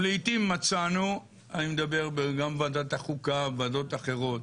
לעתים מצאנו אני מדבר גם על ועדת החוקה וגם על ועדות אחרות